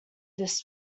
this